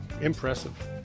Impressive